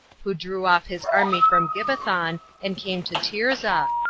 who drew off his army from gibbethon, and came to tirzah,